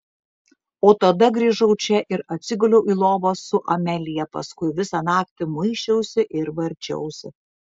o tada grįžau čia ir atsiguliau į lovą su amelija paskui visą naktį muisčiausi ir varčiausi